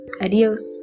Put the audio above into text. Adios